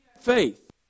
Faith